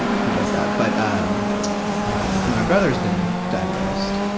and who does that? but um ah my brother has been diagnosed,